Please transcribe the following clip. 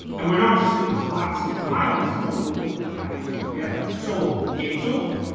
and we're not just going to collapse into nihilism, although you know that happens quite a bit. so, game's over.